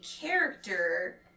character